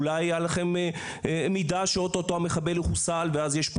אולי היה לכם מידע שאוטוטו המחבל יחוסל ואז יש פה